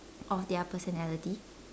of their personality